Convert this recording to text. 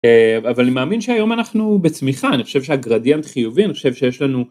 אבל אני מאמין שהיום אנחנו בצמיחה אני חושב שהגרדיאנט חיובי אני חושב שיש לנו.